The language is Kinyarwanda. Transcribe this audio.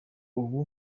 ubu